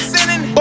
Sinning